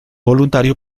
voluntario